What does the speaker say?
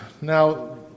Now